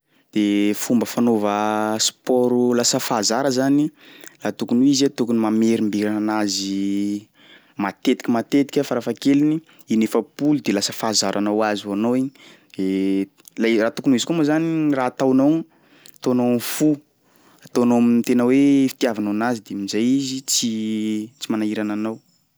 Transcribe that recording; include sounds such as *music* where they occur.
De fomba fanaova sport ho lasa fahazara zany raha tokony ho izy tokony mamerimberina anazy matetiky matetika farafahakeliny inefapolo de lasa fahazarana ho azy ho anao igny *hesitation* lay- raha tokony ho izy koa moa zany raha ataonao, ataonao am'fo, ataonao am'tena hoe fitiavanao anazy de am'zay izy tsy *hesitation* tsy manahirana anao.